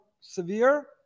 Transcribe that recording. severe